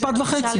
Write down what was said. משפט וחצי.